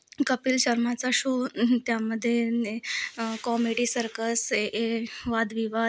कपिल शर्माचा शो त्यामध्ये ने कॉमेडी सर्कस ए ए वादविवाद